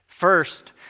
First